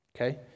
Okay